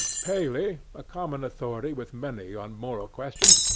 paley, a common authority with many on moral questions,